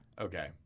Okay